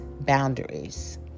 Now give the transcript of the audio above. boundaries